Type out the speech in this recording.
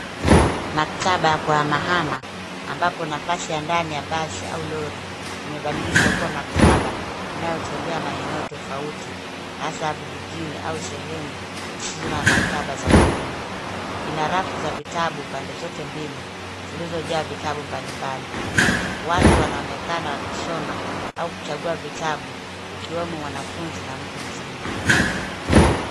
Maktaba ya kuhamahama, ambapo nafasi ya ndani ya basi au lori imebadilishwa kuwa maktaba, inayotembea maeneo tofauti hasa vijijini au sehemu zisizo na maktaba za kudumu. Ina rafu za vitabu pande zote mbili zilizojaa vitabu mbalimbali. Watu wanaonekana wakisoma au kuchagua vitabu, ikiwemo mwanafunzi na mtu mzima.